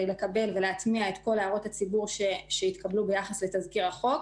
לקבל ולהטמיע את כל הערות הציבור שהתקבלו ביחס לתזכיר החוק.